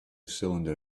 cylinder